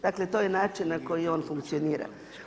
Dakle to je način na koji on funkcionira.